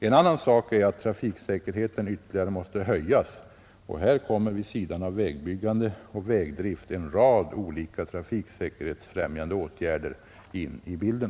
En annan sak är, att trafiksäkerheten ytterligare måste höjas, och här kommer — vid sidan av vägbyggande och vägdrift — en rad olika trafiksäkerhetsfrämjande åtgärder in i bilden.